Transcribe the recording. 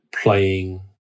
playing